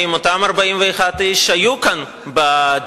האם אותם 41 איש היו כאן בדיון?